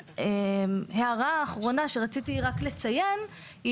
וההערה האחרונה שרציתי רק לציין היא